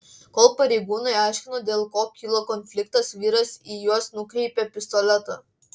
kol pareigūnai aiškino dėl ko kilo konfliktas vyras į juos nukreipė pistoletą